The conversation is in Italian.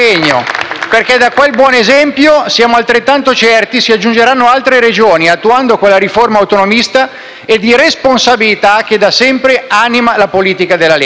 perché da quel buon esempio siamo altrettanto certi si aggiungeranno altre Regioni, attuando quella riforma autonomista e di responsabilità che da sempre anima la politica della Lega.